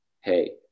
hey